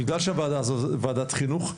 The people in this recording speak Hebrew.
בגלל שהוועדה הזו בוועדת חינוך,